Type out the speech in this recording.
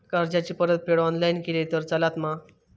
कर्जाची परतफेड ऑनलाइन केली तरी चलता मा?